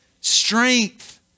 Strength